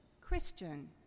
Christian